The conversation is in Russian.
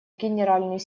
генеральный